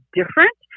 different